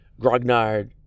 grognard